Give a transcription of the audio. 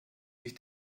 nicht